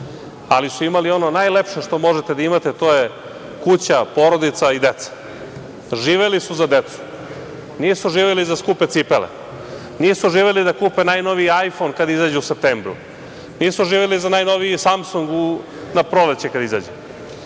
ali su imali ono najlepše što možete da imate, a to je kuća, porodica i deca. Živeli su za decu. Nisu živeli za skupe cipele, nisu živeli da kupe najnoviji Ajfon kada izađe u septembru, nisu živeli za najnoviji Samsung na proleće kad izađe,